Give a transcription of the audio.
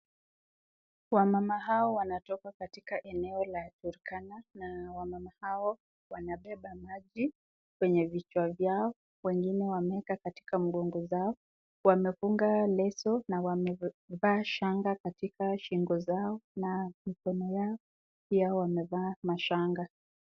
Wamama hawa wanatoka katika eneo la Turkana, wamama hao wanabeba vitu kwenye vichwa vyao wengine wameweka katika migogo zao wamefunga leso na wamevaa shanga katika shingo zao na mikono yao pia wamevaa mashanga.